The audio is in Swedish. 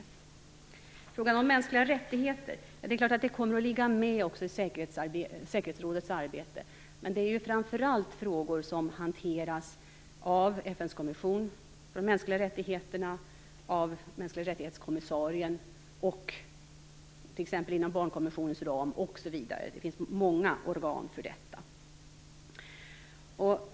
Det är vidare klart att också frågan om mänskliga rättigheter kommer att ligga med i säkerhetsrådets arbete, men det är framför allt frågor som hanteras av FN:s kommission för mänskliga rättigheter, av kommissarien för mänskliga rättigheter, inom barnkonventionens ram osv. Det finns många organ för detta.